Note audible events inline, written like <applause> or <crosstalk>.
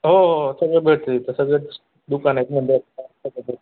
हो हो हो सगळं भेटतं आहे तिथं सगळीच दुकानं आहेत मंदिरात <unintelligible>